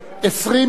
20 בעד,